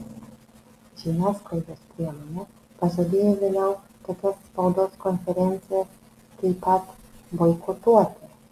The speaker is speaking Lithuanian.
žiniasklaidos priemonė pažadėjo vėliau tokias spaudos konferencijas taip pat boikotuoti